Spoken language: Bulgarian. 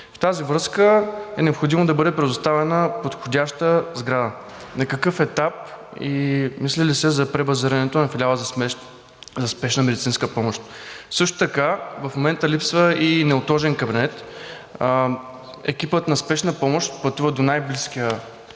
В тази връзка е необходимо да бъде предоставена подходяща сграда. На какъв етап и мисли ли се за пребазирането на Филиала за спешна медицинска помощ? Също така в момента липсва и неотложен кабинет. Екипът на Спешна помощ пътува до най-близкия